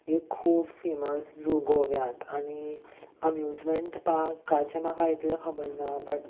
एक खूब famous zoo गोव्यात आनी अम्यूजमेंट पार्काचें म्हाका इतलें खबर ना बट